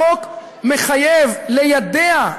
החוק מחייב ליידע.